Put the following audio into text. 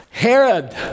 Herod